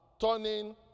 turning